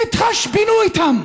תתחשבנו איתם,